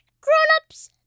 grown-ups